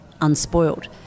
unspoiled